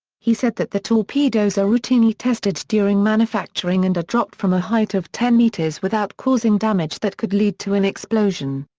he said that the torpedoes are routinely tested during manufacturing and are dropped from a height of ten metres without causing damage that could lead to an explosion.